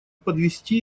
подвести